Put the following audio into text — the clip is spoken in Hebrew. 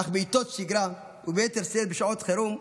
אך בעיתות שגרה, וביתר שאת בשעות חירום,